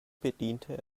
bediente